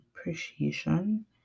appreciation